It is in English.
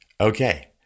Okay